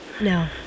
No